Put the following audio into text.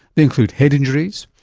they include head injuries,